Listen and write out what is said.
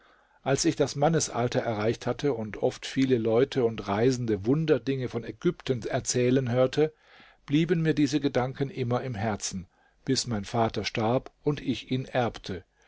als ich das mannesalter erreicht hatte und oft viele leute und reisende wunderdinge von ägypten erzählen hörte blieben mir diese gedanken immer im herzen bis mein vater starb und ich ihn erbte